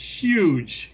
huge